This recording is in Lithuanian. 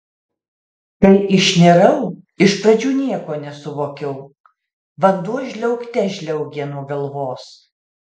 kai išnirau iš pradžių nieko nesuvokiau vanduo žliaugte žliaugė nuo galvos